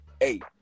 Eight